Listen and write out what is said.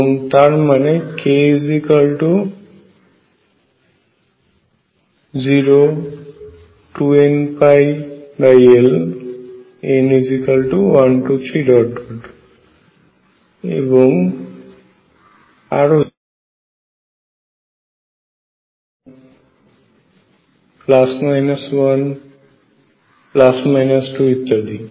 এবং তার মানে k0 2nπl n123 এবং আরো যেমন ±1 ±2 ইত্যাদি